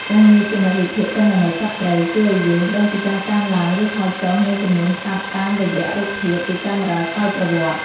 ការងារជាអ្នកវិភាគទិន្នន័យសត្វព្រៃ ជួយឱ្យយើងដឹងពីការកើនឡើង ឬថយចុះនៃចំនួនសត្វតាមរយៈរូបភាពពីកាមេរ៉ាស្វ័យប្រវត្តិ។